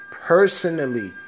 personally